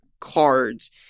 cards